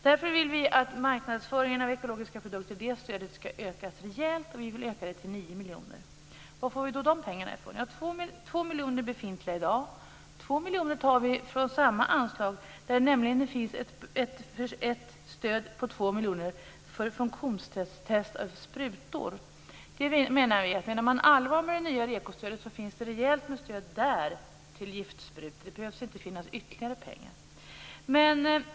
Därför vill vi att stödet till marknadsföringen av ekologiska produkter skall ökas rejält. Vi vill öka det till 9 miljoner. Var får vi då de pengarna ifrån? 2 miljoner är befintliga i dag, 2 miljoner tar vi från samma anslag. Det finns nämligen ett stöd på 2 miljoner för funktionstest av sprutor. Om man menar allvar med det nya REKO stödet finns det rejält med stöd där till giftsprutor. Det behövs inte ytterligare pengar.